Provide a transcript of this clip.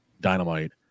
Dynamite